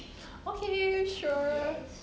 okay sure